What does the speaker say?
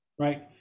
right